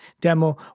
demo